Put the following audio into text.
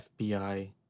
FBI